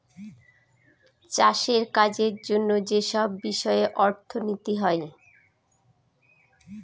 চাষের কাজের জন্য যেসব বিষয়ে অর্থনীতি হয়